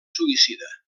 suïcida